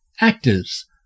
Actors